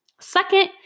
Second